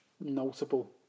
notable